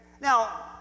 Now